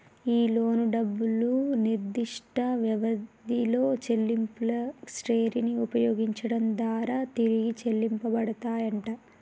ఈ లోను డబ్బులు నిర్దిష్ట వ్యవధిలో చెల్లింపుల శ్రెరిని ఉపయోగించడం దారా తిరిగి చెల్లించబడతాయంట